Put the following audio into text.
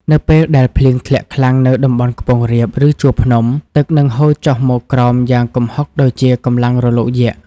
នៅពេលដែលភ្លៀងធ្លាក់ខ្លាំងនៅតំបន់ខ្ពង់រាប ឬជួរភ្នំ ទឹកនឹងហូរចុះមកក្រោមយ៉ាងគំហុកដូចជាកម្លាំងរលកយក្ស។